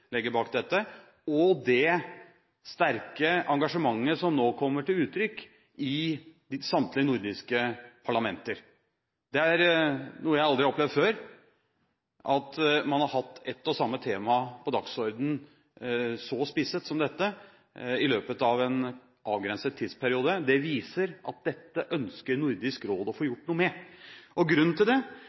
legger bak dette, og det sterke engasjementet som nå kommer til uttrykk i samtlige nordiske parlamenter. Det er noe jeg aldri har opplevd før at man har hatt ett og samme tema på dagsordenen så spisset som dette i løpet av en avgrenset tidsperiode. Det viser at dette ønsker Nordisk råd å få gjort noe med. Grunnen til det